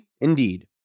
Indeed